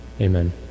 Amen